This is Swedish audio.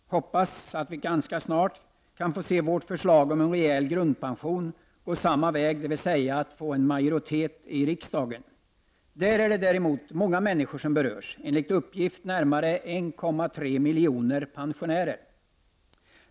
Jag hoppas att vi ganska snart kan få se vårt förslag om en rejäl grundpension gå samma väg, dvs. få majoritet i riksdagen. Det är många människor som berörs — enligt uppgift närmare 1,3 miljoner pensionärer.